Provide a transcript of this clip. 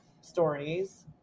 stories